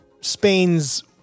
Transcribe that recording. Spain's